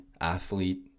athlete